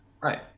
Right